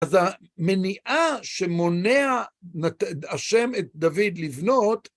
אז המניעה שמונע השם את דוד לבנות